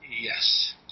Yes